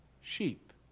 sheep